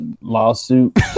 lawsuit